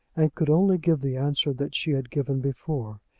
and could only give the answer that she had given before.